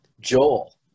Joel